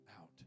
out